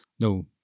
No